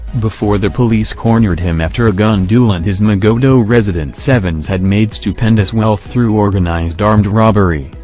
before the police cornered him after a gun duel in his magodo residence evans had made stupendous wealth through organized armed robbery,